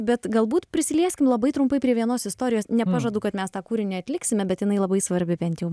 bet galbūt prisilieskim labai trumpai prie vienos istorijos nepažadu kad mes tą kūrinį atliksime bet jinai labai svarbi bent jau